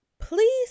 Please